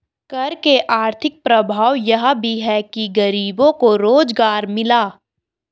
कर के आर्थिक प्रभाव यह भी है कि गरीबों को रोजगार मिला